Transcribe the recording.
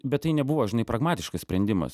bet tai nebuvo žinai pragmatiškas sprendimas